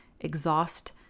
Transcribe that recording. exhaust